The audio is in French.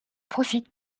profite